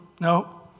no